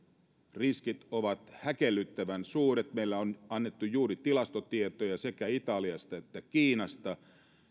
riskit ovat häkellyttävän suuret meillä on annettu juuri tilastotietoja sekä italiasta että kiinasta